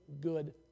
good